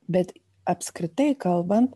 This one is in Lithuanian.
bet apskritai kalbant